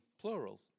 plural